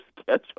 schedule